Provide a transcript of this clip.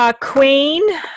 Queen